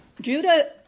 Judah